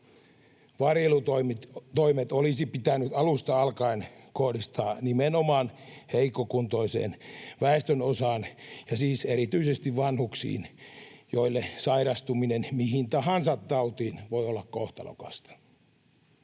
Varjelutoimet olisi pitänyt alusta alkaen kohdistaa nimenomaan heikkokuntoiseen väestönosaan ja siis erityisesti vanhuksiin, joille sairastuminen mihin tahansa tautiin voi olla kohtalokasta.